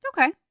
okay